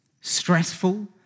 stressful